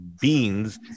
beans